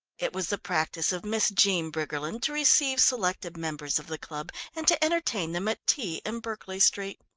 it was the practice of miss jean briggerland to receive selected members of the club and to entertain them at tea in berkeley street.